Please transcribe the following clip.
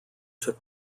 took